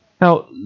Now